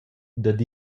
dad